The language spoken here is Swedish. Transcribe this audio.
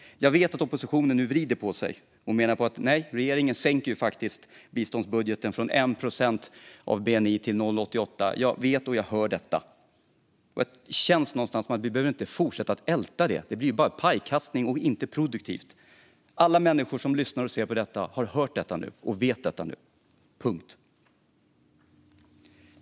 Jag vet att oppositionen nu vrider på sig och menar på att regeringen faktiskt sänker biståndsbudgeten från 1 procent av bni till 0,88. Jag vet och hör detta. Det känns någonstans som att vi inte behöver fortsätta att älta det. Det blir bara pajkastning, och det är inte produktivt. Alla människor som lyssnar och ser på debatten har hört detta och vet detta - punkt.